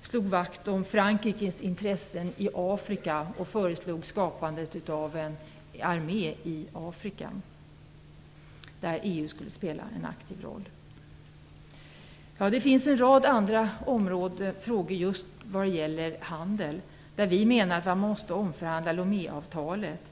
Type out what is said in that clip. slog Mitterrand vakt om Frankrikes intressen i Afrika och föreslog skapandet av en armé i Afrika, där EU skulle spela en aktiv roll. Det finns en rad andra frågor som gäller just handel. Vi menar att man måste omförhandla Loméavtalet.